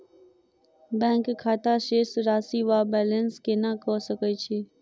Bank खाता शेष राशि वा बैलेंस केना कऽ सकय छी?